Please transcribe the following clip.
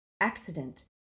Accident